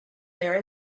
there